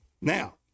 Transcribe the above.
Now